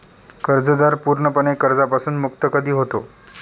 कर्जदार पूर्णपणे कर्जापासून मुक्त कधी होतो?